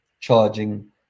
charging